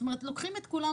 זאת אומרת, לוקחים את כולם.